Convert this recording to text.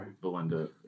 Belinda